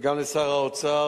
וגם לשר האוצר,